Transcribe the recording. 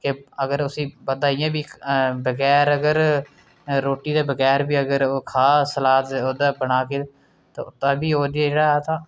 एह् अगर उसी खाद्धा इ'यां बी बगैर अगर रुट्टी दे बगैर बी अगर ओह् खा सलाद ओह्दा बनाह्गे तां बी ओह् जेह्ड़ा ऐ तां